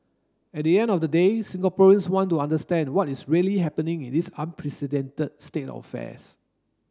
at the end of the day Singaporeans want to understand what is really happening in this unprecedented state of affairs